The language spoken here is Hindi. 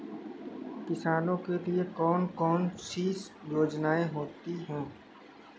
किसानों के लिए कौन कौन सी योजनायें होती हैं?